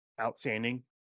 outstanding